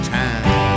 time